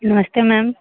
नमस्ते मैम